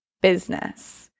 business